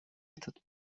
этот